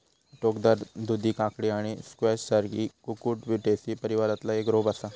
टोकदार दुधी काकडी आणि स्क्वॅश सारी कुकुरबिटेसी परिवारातला एक रोप असा